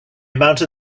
mounted